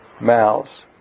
mouths